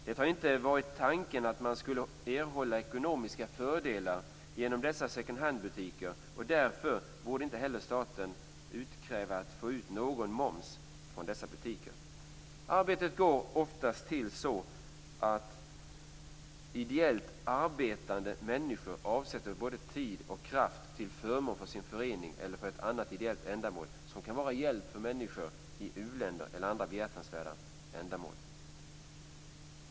Det har inte varit tanken att man skulle erhålla ekonomiska fördelar genom dessa second hand-butiker, och därför borde inte heller staten utkräva någon moms från dem. Arbetet går oftast till så att ideellt arbetande människor avsätter både tid och kraft till förmån för sin förening eller annat ideellt ändamål. Det kan vara hjälp för människor i u-länder eller andra behjärtansvärda ändamål.